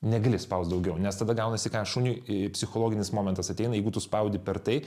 negali išspaust daugiau nes tada gaunasi ką šuniui į psichologinis momentas ateina jeigu tu spaudi per tai